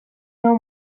nau